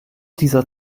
dieser